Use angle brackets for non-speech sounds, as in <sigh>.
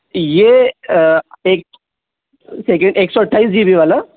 ये एक <unintelligible> एक सौ अट्ठाईस जी बी वाला